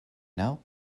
know